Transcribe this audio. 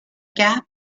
gap